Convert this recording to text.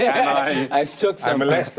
i i took so um